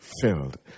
filled